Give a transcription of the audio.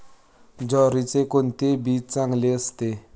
ज्वारीचे कोणते बी चांगले असते?